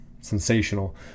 sensational